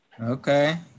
Okay